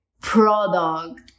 product